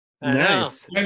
nice